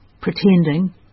pretending